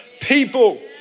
people